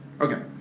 Okay